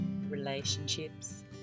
relationships